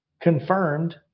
confirmed